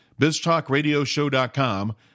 biztalkradioshow.com